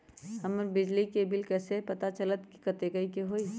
हमर बिजली के बिल कैसे पता चलतै की कतेइक के होई?